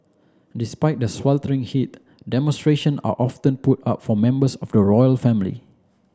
despite the sweltering heat demonstration are often put up for members of the royal family